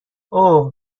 اوه